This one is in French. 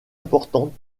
importante